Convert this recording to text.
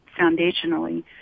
foundationally